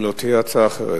אם לא תהיה הצעה אחרת.